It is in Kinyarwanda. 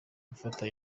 gufata